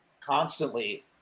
constantly